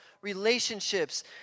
relationships